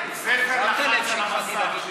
הספר נחת על המסך.